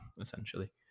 essentially